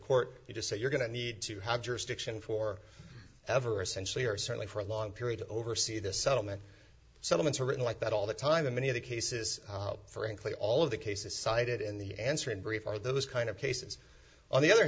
court you just say you're going to need to have jurisdiction for ever essentially or certainly for a long period oversee the settlement settlements are written like that all the time in many of the cases frankly all of the cases cited in the answer in brief are those kind of cases on the other